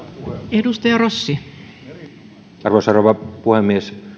arvoisa rouva puhemies